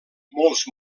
molts